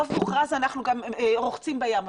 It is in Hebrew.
חוף מוכרז, אנחנו גם רוחצים בים.